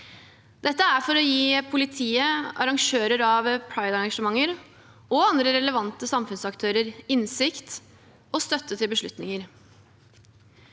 Dette er for å gi politiet, arrangører av pride-arrangementer og andre relevante samfunnsaktører innsikt og støtte til beslutninger.